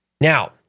Now